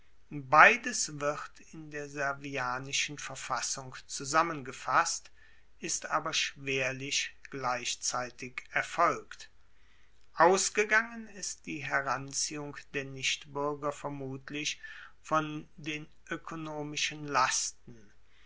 beides wird in der servianischen verfassung zusammengefasst ist aber schwerlich gleichzeitig erfolgt ausgegangen ist die heranziehung der nichtbuerger vermutlich von den oekonomischen lasten